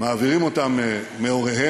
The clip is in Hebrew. מעבירים אותם מהוריהם